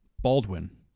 Baldwin